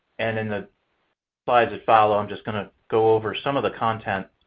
and in the slides that follow, i'm just going to go over some of the content